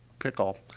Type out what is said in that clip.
pickle.